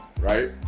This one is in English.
Right